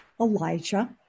Elijah